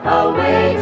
away